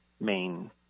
main